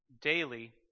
daily